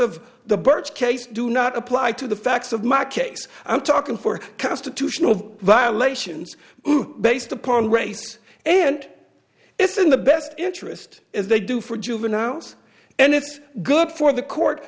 of the birch case do not apply to the facts of my case i'm talking for constitutional violations based upon race and it's in the best interest as they do for juveniles and it's good for the court